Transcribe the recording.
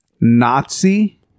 Nazi